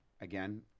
again